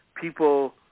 people